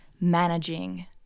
managing